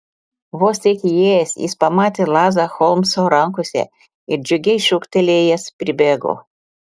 vos tik įėjęs jis pamatė lazdą holmso rankose ir džiugiai šūktelėjęs pribėgo